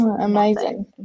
amazing